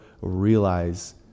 realize